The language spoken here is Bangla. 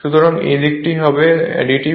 সুতরাং এই দিকটি হবে অ্যাডিটিভ